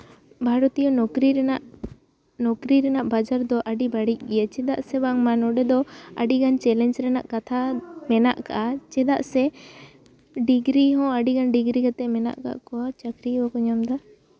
ᱵᱷᱟᱨᱚᱛᱤᱭᱚ ᱱᱚᱠᱨᱤ ᱨᱮᱱᱟᱜ ᱱᱚᱠᱨᱤ ᱨᱮᱱᱟᱜ ᱵᱟᱡᱟᱨ ᱫᱚ ᱟᱹᱰᱤ ᱵᱟᱹᱲᱤᱡ ᱜᱮᱭᱟ ᱪᱮᱫᱟᱜ ᱥᱮ ᱵᱟᱝᱢᱟ ᱱᱚᱰᱮ ᱫᱚ ᱟᱹᱰᱤᱜᱟᱱ ᱪᱮᱞᱮᱧᱡᱽ ᱨᱮᱱᱟᱜ ᱠᱟᱛᱷᱟ ᱢᱮᱱᱟᱜ ᱠᱟᱜᱼᱟ ᱪᱮᱫᱟᱜ ᱥᱮ ᱰᱤᱜᱽᱨᱤ ᱦᱚᱸ ᱟᱹᱰᱤᱜᱟᱱ ᱰᱤᱜᱽᱨᱤ ᱠᱟᱛᱮ ᱢᱮᱱᱟᱜ ᱠᱟᱜ ᱠᱚᱣᱟ ᱪᱟᱹᱠᱨᱤ ᱦᱚᱸ ᱵᱟᱠᱚ ᱧᱟᱢᱫᱟ